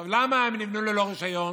למה הם נבנו ללא רישיון?